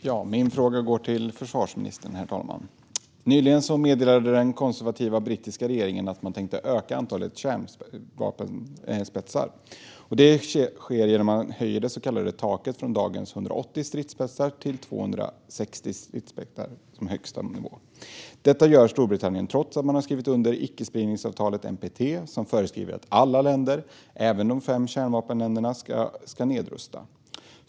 Herr talman! Min fråga går till försvarsministern. Nyligen meddelade den konservativa brittiska regeringen att man tänker öka antalet kärnvapenspetsar. Det sker genom att man höjer det så kallade taket från dagens 180 stridsspetsar till 260 stridsspetsar som högsta nivå. Detta gör Storbritannien trots att man har skrivit under icke-spridningsavtalet NPT, som föreskriver att alla länder, även de fem kärnvapenländerna, ska nedrusta.